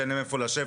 שאין להם איפה לשבת,